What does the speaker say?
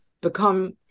become